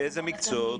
באיזה מקצועות?